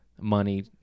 money